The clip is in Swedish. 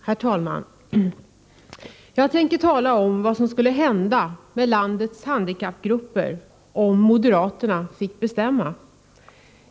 Herr talman! Jag tänker tala om vad som skulle hända med landets handikappgrupper om moderaterna fick bestämma.